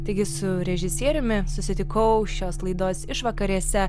taigi su režisieriumi susitikau šios laidos išvakarėse